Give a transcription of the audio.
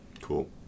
Cool